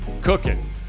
cooking